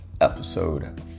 episode